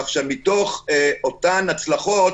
כך שמתוך אותן הצלחות,